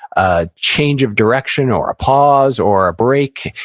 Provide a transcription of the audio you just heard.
a change of direction, or a pause, or a break.